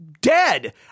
dead